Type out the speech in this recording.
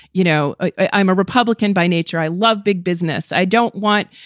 you know, i'm a republican by nature. i love big business. i don't want,